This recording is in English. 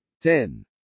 Ten